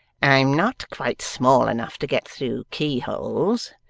i'm not quite small enough to get through key-holes.